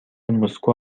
مسکو